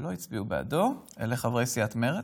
אלו הם חברי הכנסת מטעם סיעת הליכוד,